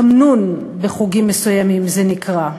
תמנון, בחוגים מסוימים זה נקרא.